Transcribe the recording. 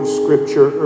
scripture